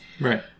Right